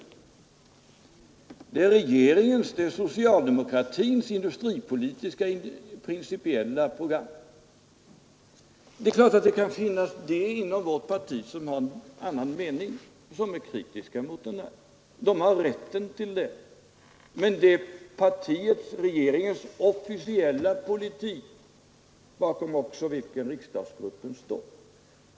Men det är ju regeringens och socialdemokratins principiella industripolitiska program! Det är klart att det inom vårt parti kan finnas de som har en annan mening och som är kritiska. De har rätt att vara det, men detta är partiets och regeringens officiella politik, bakom vilken också riksdagsgruppen står.